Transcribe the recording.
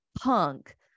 punk